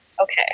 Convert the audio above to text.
Okay